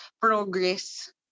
progress